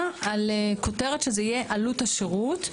ההערה, כותרת שתהיה עלות השירות.